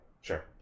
Sure